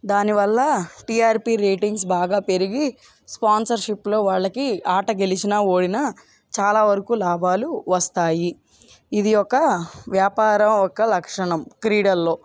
దానివల్ల TRP ratings బాగా పెరిగి స్పాన్సర్షిప్లో వాళ్ళకి ఆట గెలిచినా ఓడిన చాలా వరకు లాభాలు వస్తాయి ఇది ఒక వ్యాపార ఒక లక్షణం క్రీడలలో